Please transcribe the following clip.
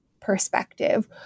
perspective